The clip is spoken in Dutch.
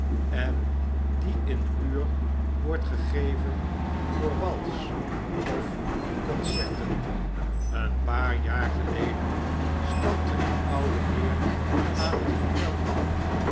en die in huur wordt gegeven voor bals of concerten een paar jaar geleden stapte een oude heer aan het hotel at